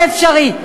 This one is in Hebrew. זה אפשרי.